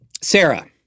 Sarah